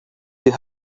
you